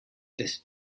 des